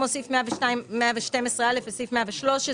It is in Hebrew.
כמו סעיף 112(א) וסעיף 113,